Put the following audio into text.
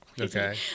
Okay